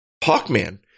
Hawkman